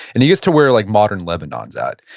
and he used to wear like modern lebanon's art.